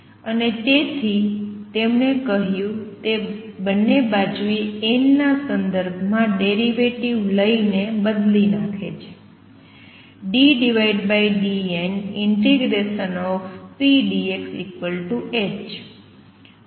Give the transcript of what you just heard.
અને તેથી તેમણે કહ્યું તે બંને બાજુએ n ના સંદર્ભમાં ડેરિવેટિવ લઈને બદલી નાખે છે ddn∫pdxh